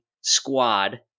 squad